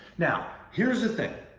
now, here's the thing.